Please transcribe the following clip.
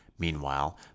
meanwhile